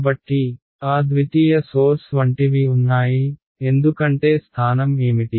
కాబట్టి ఆ ద్వితీయ సోర్స్ వంటివి ఉన్నాయి ఎందుకంటే స్థానం ఏమిటి